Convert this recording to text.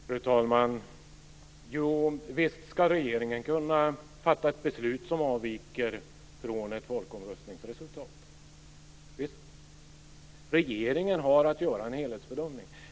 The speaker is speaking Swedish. Fru talman! Visst ska regeringen kunna fatta ett beslut som avviker från ett folkomröstningsresultat. Regeringen har att göra en helhetsbedömning.